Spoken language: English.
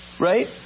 Right